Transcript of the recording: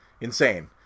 insane